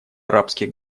арабских